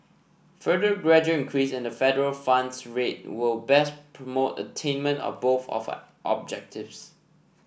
further gradual increase in the federal funds rate will best promote attainment of both of our objectives